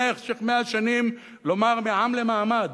לאחר 100 שנים לומר "מעם למעמד",